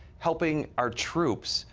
helping our troops,